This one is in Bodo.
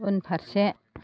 उनफारसे